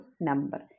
number